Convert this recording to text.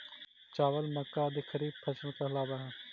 चावल, मक्का आदि खरीफ फसल कहलावऽ हइ